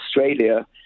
Australia